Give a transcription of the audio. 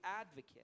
advocate